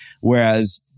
Whereas